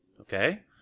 okay